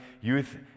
youth